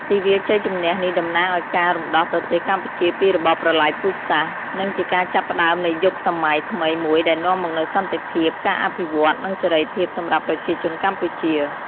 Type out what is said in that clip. ទិវាជ័យជំនះនេះតំណាងឲ្យការរំដោះប្រទេសកម្ពុជាពីរបបប្រល័យពូជសាសន៍ និងជាការចាប់ផ្តើមនៃយុគសម័យថ្មីមួយដែលនាំមកនូវសន្តិភាព ការអភិវឌ្ឍន៍ និងសេរីភាពសម្រាប់ប្រជាជនកម្ពុជា។